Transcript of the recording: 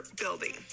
building